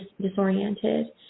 disoriented